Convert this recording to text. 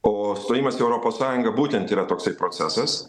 o stojimas į europos sąjungą būtent yra toksai procesas